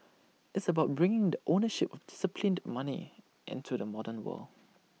it's about bringing the ownership of disciplined money into the modern world